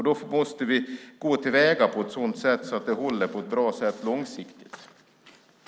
Då måste vi gå till väga på ett sådant sätt att det håller på ett bra sätt långsiktigt.